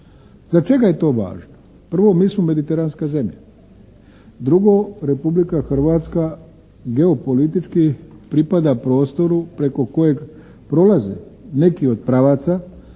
Za čega je to važno? Prvo, mi smo mediteranska zemlja. Drugo. Republika Hrvatska geopolitički pripada prostoru preko kojeg prolaze neki od pravaca